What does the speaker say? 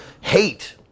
hate